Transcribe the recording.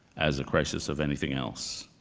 as a crisis of anything else.